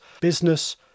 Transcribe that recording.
business